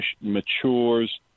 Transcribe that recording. matures